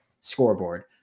scoreboard